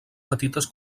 petites